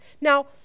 Now